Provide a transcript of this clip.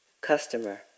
Customer